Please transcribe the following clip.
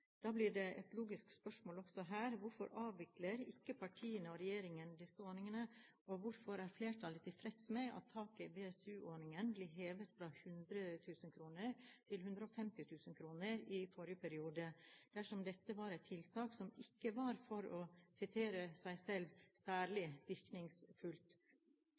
Da blir det logiske spørsmålet også her: Hvorfor avvikler ikke partiene og regjeringen disse ordningene, og hvorfor er flertallet tilfreds med at taket i BSU-ordningen ble hevet fra 100 000 kr til 150 000 kr i forrige periode, dersom dette var et tiltak som ikke var, for å sitere dem selv, «særlig virkningsfullt»?